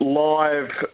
live